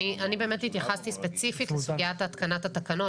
אני באמת התייחסתי ספציפית לסוגיית התקנת התקנות,